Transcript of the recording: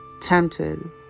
tempted